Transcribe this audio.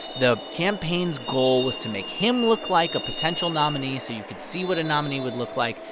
the campaign's goal was to make him look like a potential nominee so you could see what a nominee would look like.